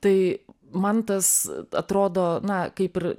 tai man tas atrodo na kaip ir